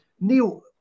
Neil